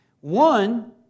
One